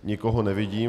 Nikoho nevidím.